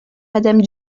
madame